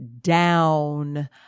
down